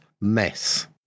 mess